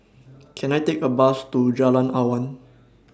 Can I Take A Bus to Jalan Awan